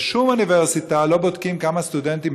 בשום אוניברסיטה לא בודקים כמה סטודנטים